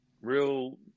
real